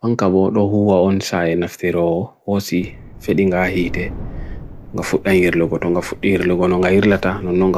Kuje bokkugho do